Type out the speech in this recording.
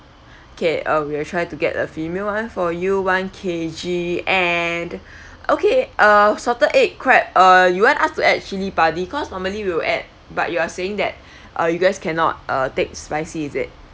okay uh we'll try to get a female one for you one K_G and okay uh salted egg crab uh you want us to add cili padi cause normally we will add but you are saying that uh you guys cannot uh take spicy is it